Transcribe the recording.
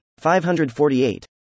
548